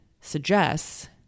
suggests